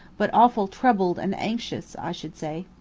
but awful troubled and anxious, i should say.